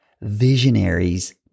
visionaries